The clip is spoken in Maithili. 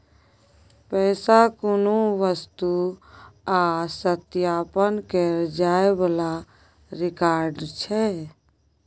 पैसा कुनु वस्तु आ सत्यापन केर जाइ बला रिकॉर्ड छै